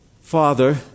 Father